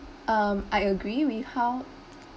um I agree with how